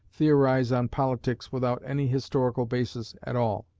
theorize on politics without any historical basis at all.